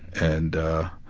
and ah,